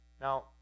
Now